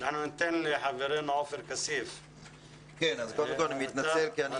חברנו עופר כסיף, בבקשה.